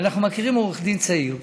ואנחנו מכירים עורך דין צעיר.